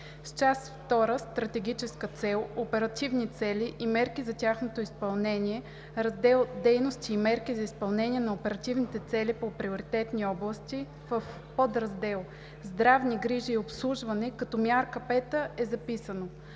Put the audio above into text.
Част втора „Стратегическа цел, оперативни цели и мерки за тяхното изпълнение“, Раздел „Дейности и мерки за изпълнение на оперативните цели по приоритетни области“, в подраздел „Здравни грижи и обслужване“ като Мярка 5 е записано: